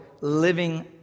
living